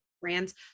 brands